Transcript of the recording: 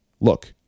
Look